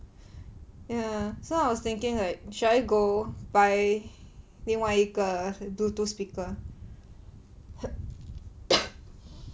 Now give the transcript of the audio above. ya so I was thinking like should I go buy 另外一个 bluetooth speaker